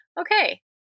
okay